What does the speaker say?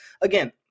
again